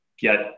get